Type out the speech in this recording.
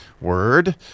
word